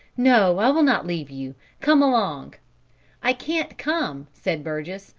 no, i will not leave you come along i can't come said burgess,